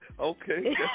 Okay